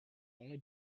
only